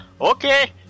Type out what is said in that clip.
okay